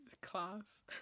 class